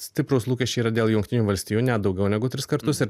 stiprūs lūkesčiai yra dėl jungtinių valstijų net daugiau negu tris kartus ir